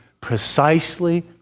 precisely